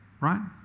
Right